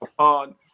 on